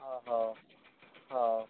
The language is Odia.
ହ ହଉ ହଉ